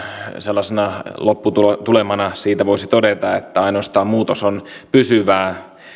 sellaisena lopputulemana siitä voisi todeta että ainoastaan muutos on pysyvää